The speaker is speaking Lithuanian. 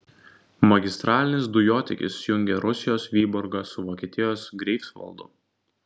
magistralinis dujotiekis jungia rusijos vyborgą su vokietijos greifsvaldu